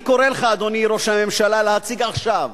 אני קורא לך, אדוני ראש הממשלה, להציג עכשיו